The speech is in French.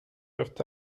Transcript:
peuvent